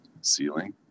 ceiling